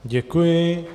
Děkuji.